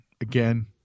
Again